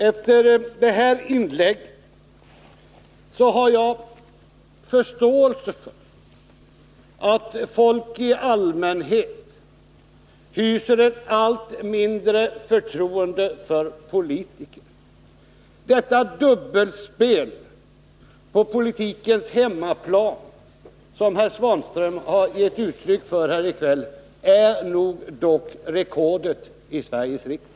Efter detta inlägg har jag förståelse för att folk i allmänhet hyser ett allt mindre förtroende för politiker. Det dubbelspel på politikens hemmaplan som herr Svanström har givit uttryck för här i kväll är nog dock rekordet i Sveriges riksdag.